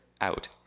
out